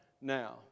now